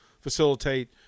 facilitate